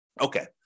Okay